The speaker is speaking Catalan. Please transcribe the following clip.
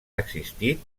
existit